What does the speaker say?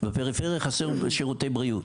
בפריפריה חסרים שירותי בריאות,